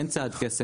אין צעד קסם.